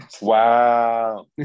Wow